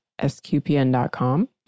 sqpn.com